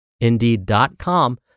indeed.com